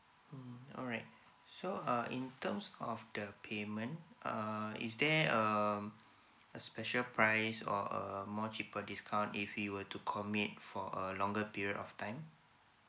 mm alright so uh in terms of the payment uh is there um a special price or a more cheaper discount if we were to commit for a longer period of time